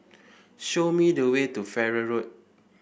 show me the way to Farrer Road